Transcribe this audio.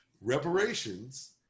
reparations